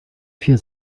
vier